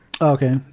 Okay